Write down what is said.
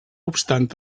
obstant